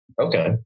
Okay